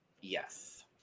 Yes